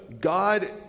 God